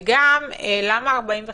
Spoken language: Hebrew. וגם, למה 45 יום?